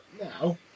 now